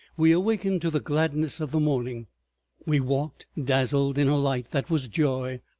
we awakened to the gladness of the morning we walked dazzled in a light that was joy.